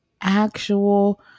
actual